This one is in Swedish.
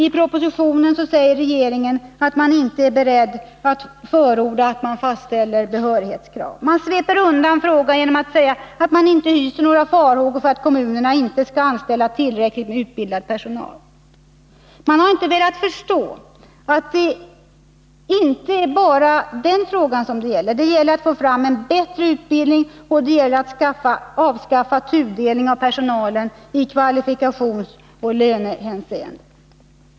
I propositionen säger sig regeringen inte vara beredd att förorda att behörighetskrav fastställes. Man sveper undan frågan genom att säga att man inte hyser några farhågor för att kommunerna inte skall anställa tillräckligt med utbildad personal. Man har inte velat förstå att det inte bara gäller den frågan. Vad det gäller är att få fram en bättre utbildning och att avskaffa tudelningen av personalen i kvalifikationsoch lönehänseende.